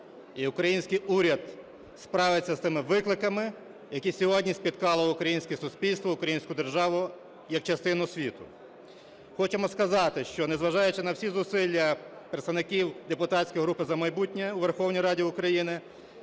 український уряд справиться з тими викликами, які сьогодні спіткали українське суспільство, українську державу як частину світу? Хочемо сказати, що, незважаючи на всі зусилля представників депутатської групи "За майбутнє" у Верховній Раді України,